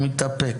הוא מתאפק.